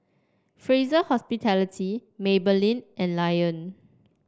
Fraser Hospitality Maybelline and Lion